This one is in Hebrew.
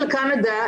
בקנדה,